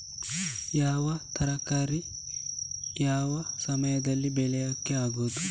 ಯಾವ ತರಕಾರಿ ಯಾವ ಸಮಯದಲ್ಲಿ ಬೆಳಿಲಿಕ್ಕೆ ಆಗ್ತದೆ?